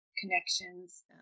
connections